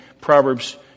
Proverbs